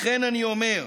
לכן אני אומר: